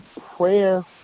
prayer